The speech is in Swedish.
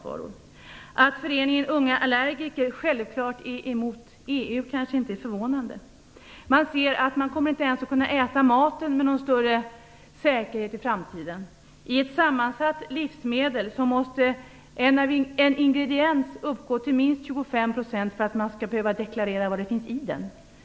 Det faktum att föreningen Unga Allergiker självfallet är emot EU är kanske inte förvånande. Man kommer inte ens att kunna äta maten med någon större säkerhet i framtiden. I ett sammansatt livsmedel måste en ingrediens uppgå till minst 25 % för att det skall behöva deklareras vad som finns i den.